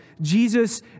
Jesus